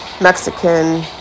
Mexican